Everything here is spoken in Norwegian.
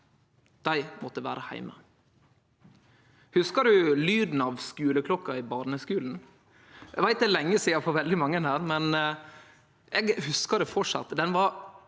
Dei måtte vere heime. Hugsar du lyden av skuleklokka i barneskulen? Eg veit det er lenge sidan for veldig mange her, men eg hugsar det framleis.